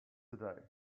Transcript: today